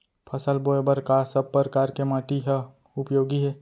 फसल बोए बर का सब परकार के माटी हा उपयोगी हे?